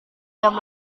jam